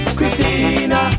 Christina